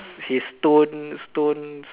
his stone stone